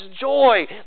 joy